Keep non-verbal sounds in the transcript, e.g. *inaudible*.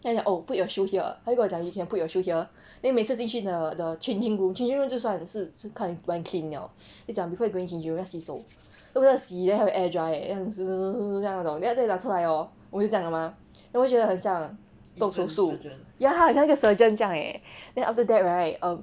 then 她讲 oh put your shoe here 她就跟我讲 you can put your shoe here then 每次进去 the the changing room changing room 就算是是看完 clean liao 就讲 before you go in you rest 洗手就是洗然后 air dry eh *noise* 那种 then after that 拿出来 hor 我就这样的 mah then 我就觉得很像做手术 ya 她很像一个 surgeon 这样 eh then after that right um